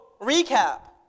recap